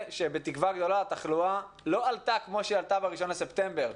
שבתקווה גדולה התחלואה לא עלתה כמו שהיא עלתה ב-1 לספטמבר.